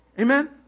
Amen